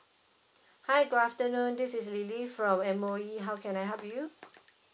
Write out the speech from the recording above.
hi good afternoon this is lily from M_O_E how can I help you